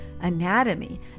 anatomy